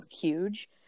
huge